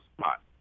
spot